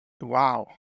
wow